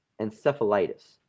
encephalitis